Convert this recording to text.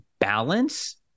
balance